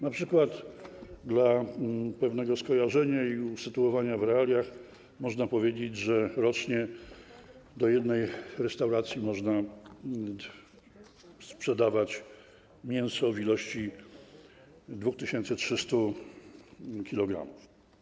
Na przykład dla pewnego skojarzenia i usytuowania w realiach można powiedzieć, że rocznie do jednej restauracji można sprzedawać mięso w ilości 2300 kg.